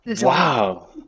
Wow